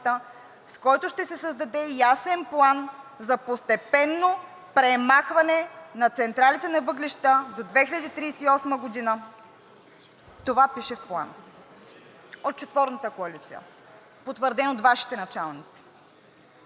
с който ще се създаде ясен план за постепенно премахване на централите на въглища до 2038 г.“ Това пише в Плана от четворната коалиция, потвърден от Вашите началници.